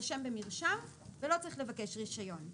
יירשם במרשם ולא צריך לבקש רישיון.